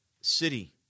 city